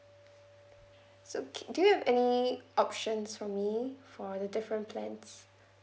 so c~ do you have any options for me for the different plans